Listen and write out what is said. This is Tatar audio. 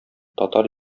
татар